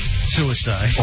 Suicide